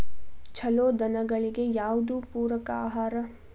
ಛಲೋ ದನಗಳಿಗೆ ಯಾವ್ದು ಪೂರಕ ಆಹಾರ?